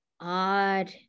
odd